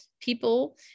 people